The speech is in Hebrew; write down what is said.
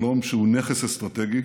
שלום שהוא נכס אסטרטגי.